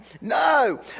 no